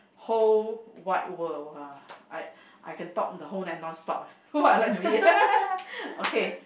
whole wide world !wah! I I can talk the whole night non stop ah what I like to eat okay